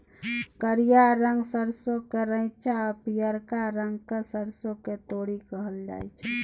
करिया रंगक सरसों केँ रैंचा आ पीयरका रंगक सरिसों केँ तोरी कहल जाइ छै